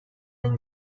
این